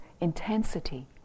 intensity